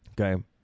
okay